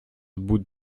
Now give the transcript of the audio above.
bouts